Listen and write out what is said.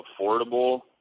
affordable